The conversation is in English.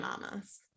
mamas